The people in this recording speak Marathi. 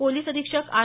पोलीस अधीक्षक आर